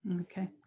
okay